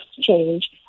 change